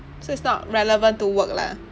so it's not relevant to work lah